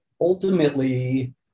ultimately